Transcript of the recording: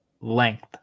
length